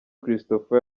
christopher